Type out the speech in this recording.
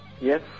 Yes